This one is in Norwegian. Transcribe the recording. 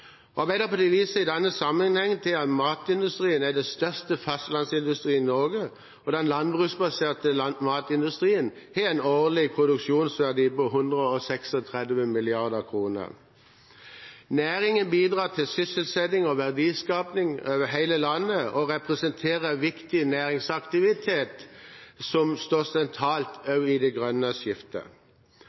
Arbeiderpartiet viser i denne sammenheng til at matindustrien er den største fastlandsindustrien i Norge, og den landbruksbaserte matindustrien har en årlig produksjonsverdi på 136 mrd. kr. Næringen bidrar til sysselsetting og verdiskaping over hele landet og representerer viktig næringsaktivitet som står sentralt også i det grønne skiftet.